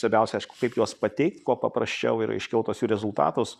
svarbiausia aišku kaip juos pateikt kuo paprasčiau yra iškelt tuos jų rezultatus